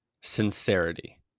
Sincerity